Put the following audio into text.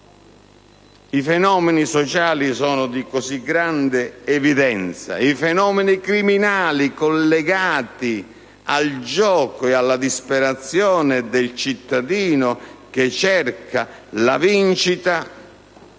I fenomeni sociali sono di grande evidenza, così come i fenomeni criminali collegati al gioco e alla disperazione del cittadino che cerca la vincita,